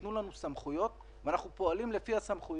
ניתנו לנו סמכויות ואנחנו פועלים לפי הסמכויות,